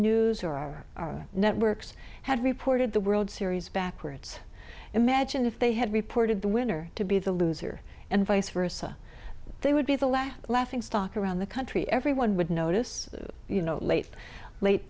news or our networks had reported the world series backwards imagine if they had reported the winner to be the loser and vice versa they would be the last laughingstock around the country everyone would notice you know late late